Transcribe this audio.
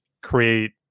create